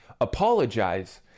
apologize